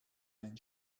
ein